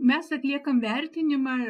mes atliekam vertinimą